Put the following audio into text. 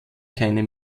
keine